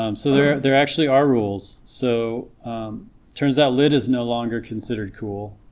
um so there there actually are rules, so turns out lit is no longer considered cool